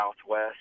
southwest